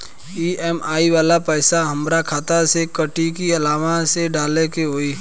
EMI वाला पैसा हाम्रा खाता से कटी की अलावा से डाले के होई?